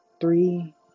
three